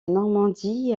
normandie